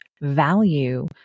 value